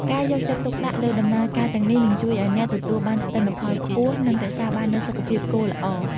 ការយកចិត្តទុកដាក់លើដំណើរការទាំងនេះនឹងជួយឱ្យអ្នកទទួលបានទិន្នផលខ្ពស់ និងរក្សាបាននូវសុខភាពគោល្អ។